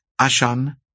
Ashan